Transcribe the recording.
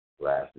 last